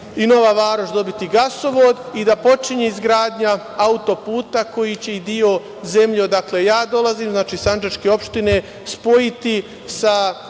i Nova Varoš dobiti gasovod i da počinje izgradnja auto-puta koji će i deo zemlje odakle ja dolazim, znači, sandžačke opštine, spojiti